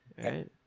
right